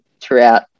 throughout